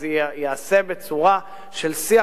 אז זה ייעשה בצורה של שיח,